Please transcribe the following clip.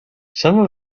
some